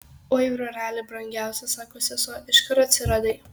oi broleli brangiausias sako sesuo iš kur atsiradai